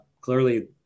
Clearly